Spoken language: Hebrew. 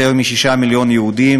יותר מ-6 מיליון יהודים.